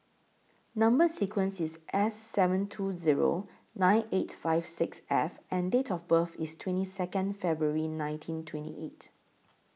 Number sequence IS S seven two Zero nine eight five six F and Date of birth IS twenty Second February nineteen twenty eight